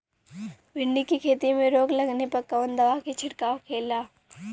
भिंडी की खेती में रोग लगने पर कौन दवा के छिड़काव खेला?